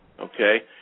okay